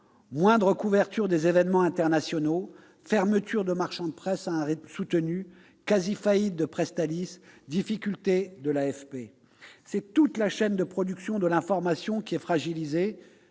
moindre couverture des événements internationaux, fermeture de marchands de presse à un rythme soutenu, quasi-faillite de Presstalis, difficultés de l'Agence France Presse, l'AFP ... C'est toute la chaîne de production de l'information qui est fragilisée